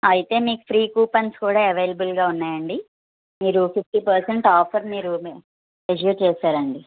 అయితే మీకు free coupons కూడా అవైలబుల్గా ఉన్నాయండి మీరు ఫిఫ్టీ పర్సంట్ ఆఫర్ మీరు రెస్యూ చేసారు అండి